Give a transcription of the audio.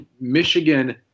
Michigan